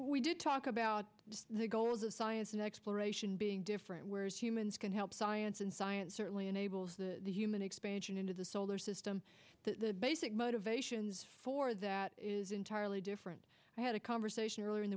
we did talk about the goal of the science of exploration being different where humans can help science and science certainly enables the human expansion into the solar system the basic motivations for that is entirely different i had a conversation earlier in